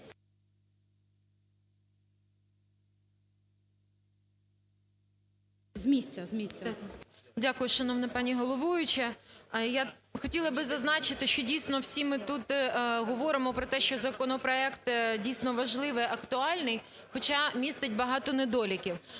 Дякую, шановна пані головуюча. Я хотіла би зазначити, що, дійсно, всі ми тут говоримо про те, що законопроект дійсно важливий й актуальний, хоча містить багато недоліків.